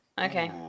Okay